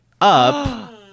up